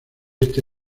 este